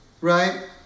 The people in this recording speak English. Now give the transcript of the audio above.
right